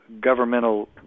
governmental